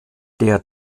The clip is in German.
der